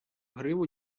гриву